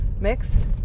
mix